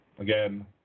Again